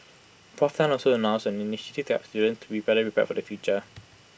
Prof Tan also announced an initiative to help students be better prepared for the future